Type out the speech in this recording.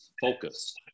focused